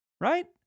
right